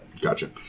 Gotcha